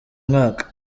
mwaka